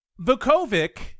Vukovic